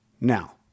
Now